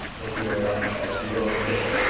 thank you very much. i'd be willing to take but